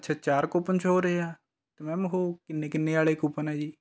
ਅੱਛਾ ਚਾਰ coupon show ਹੋ ਰਹੇ ਹੈ ਤਾਂ ਮੈਮ ਉਹ ਕਿੰਨੇ ਕਿੰਨੇ ਵਾਲੇ ਕੂਪਨ ਹੈ ਜੀ